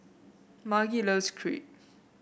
Margie loves Crepe